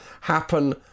happen